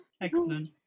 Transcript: Excellent